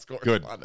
good